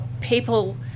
people